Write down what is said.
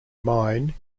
mine